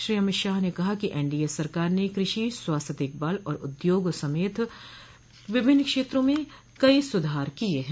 श्री अमित शाह ने कहा कि एनडीए सरकार ने कृषि स्वास्थ्य देखभाल और उद्योग समेत विभिन्न क्षेत्रों में कई सुधार किए हैं